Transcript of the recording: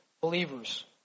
believers